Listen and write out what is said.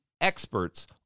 experts